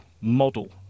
model